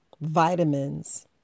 vitamins